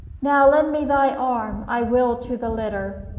now lend me thy arm i will to the litter.